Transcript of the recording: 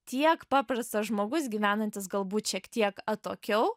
tiek paprastas žmogus gyvenantis galbūt šiek tiek atokiau